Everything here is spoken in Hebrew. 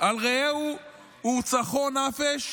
רעהו ורצחו נפש